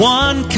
one